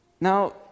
Now